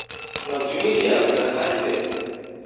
ᱚᱱᱟ ᱡᱩᱢᱤ ᱨᱮᱭᱟᱜ ᱵᱮᱲᱦᱟᱭ ᱛᱮ